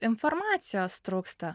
informacijos trūksta